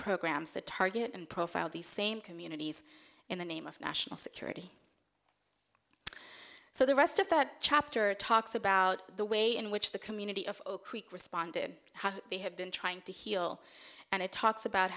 programs that target and profile these same communities in the name of national security so the rest of that chapter talks about the way in which the community of responded how they have been trying to heal and it talks about